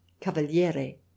cavaliere